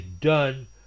done